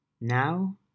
Now